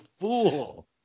fool